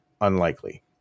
unlikely